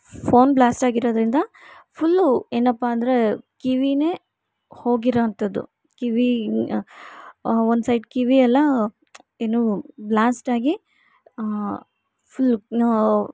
phone ಬ್ಲಾಸ್ಟಾಗಿರೋದ್ರಿಂದ full ಏನಪ್ಪ ಅಂದರೆ ಕಿವಿಯೇ ಹೋಗಿರೋವಂಥದ್ದು ಕಿವಿ ಒಂದು ಸೈಡ್ ಕಿವಿಯೆಲ್ಲ ಏನು ಬ್ಲಾಸ್ಟಾಗಿ ಫುಲ್ ಏನು